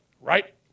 right